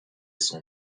son